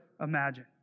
imagine